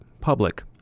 public